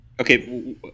Okay